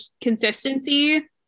consistency